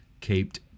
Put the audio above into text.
caped